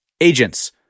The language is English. agents